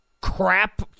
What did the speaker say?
crap